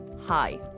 Hi